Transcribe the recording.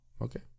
okay